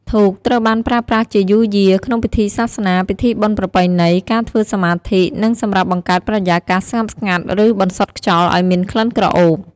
ធូបត្រូវបានប្រើប្រាស់ជាយូរយារ ក្នុងពិធីសាសនា ពិធីបុណ្យប្រពៃណី ការធ្វើសមាធិ និងសម្រាប់បង្កើតបរិយាកាសស្ងប់ស្ងាត់ ឬបន្សុទ្ធខ្យល់ឱ្យមានក្លិនក្រអូប។